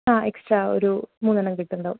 ആ എക്സ്ട്രാ ഒരു മൂന്നെണ്ണം കിട്ടുന്നുണ്ടാകും